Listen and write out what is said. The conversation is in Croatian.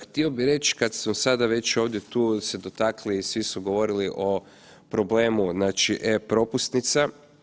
Htio bih reći, kad sam sada već ovdje tu se dotakli i svi su govorili o problemu znači e-Propusnica.